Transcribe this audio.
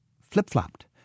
flip-flopped